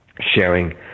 sharing